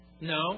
No